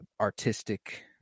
artistic